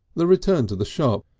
the return to the shop,